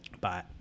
bye